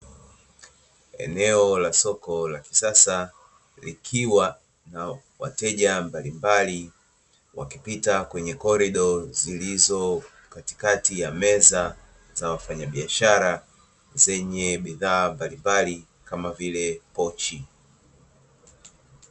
Eneo la soko la kisasa likiwa na wateja mbalimbali wakipita kwenye korido zilizo katikati ya meza za wafanyabiashara zenye bidhaa mbalimbali kama vile pochi.